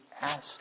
ask